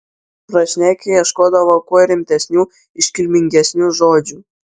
prašnekę ieškodavo kuo rimtesnių iškilmingesnių žodžių